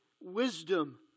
wisdom